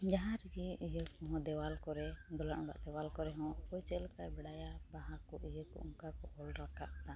ᱡᱟᱦᱟᱸ ᱨᱮᱜᱮ ᱤᱭᱟᱹ ᱠᱚᱦᱚᱸ ᱫᱮᱣᱟᱞ ᱠᱚᱨᱮ ᱫᱟᱞᱟᱱ ᱚᱲᱟᱜ ᱫᱮᱣᱟᱞ ᱠᱚᱨᱮᱦᱚᱸ ᱚᱠᱚᱭ ᱪᱮᱫ ᱞᱮᱠᱟᱭ ᱵᱟᱲᱟᱭᱟ ᱵᱟᱦᱟ ᱠᱚ ᱤᱭᱟᱹ ᱠᱚ ᱚᱠᱱᱟ ᱠᱚ ᱚᱞ ᱨᱟᱠᱟᱵᱽ ᱮᱫᱟ